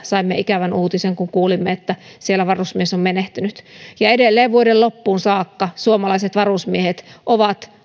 saimme ikävän uutisen kun kuulimme että siellä varusmies oli menehtynyt ja edelleen vuoden loppuun saakka suomalaiset varusmiehet ovat